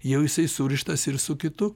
jau jisai surištas ir su kitu